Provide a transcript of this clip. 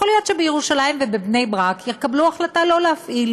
יכול להיות שבירושלים ובבני-ברק יקבלו החלטה לא להפעיל.